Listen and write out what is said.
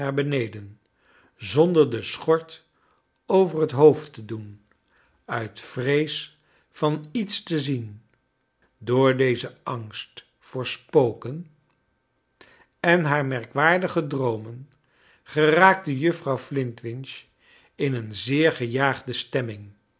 beneden zonder de schort over het hoofd te doen uit vrees van iets te zien door dezen angst voor spoken en haar merkwaardige droomen geraakte juffrouw flintwinch in een zeer gejaagde stemming